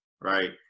Right